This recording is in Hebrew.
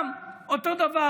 גם, אותו דבר.